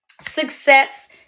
Success